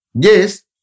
Yes